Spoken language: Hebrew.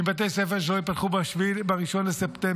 עם בתי ספר שלא ייפתחו ב-1 בספטמבר.